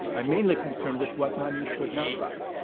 i'm mainly concerned with what money should not buy.